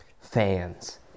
fans